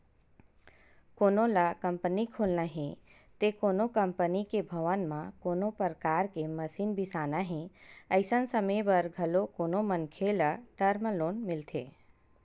कोनो ल कंपनी खोलना हे ते कोनो कंपनी के भवन म कोनो परकार के मसीन बिसाना हे अइसन समे बर घलो कोनो मनखे ल टर्म लोन मिलथे